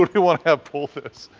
you want to have pull this?